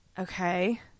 Okay